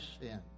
sin